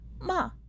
Ma